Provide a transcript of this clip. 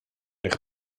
eich